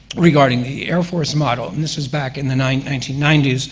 regarding the air force model, and this is back in the nineteen ninety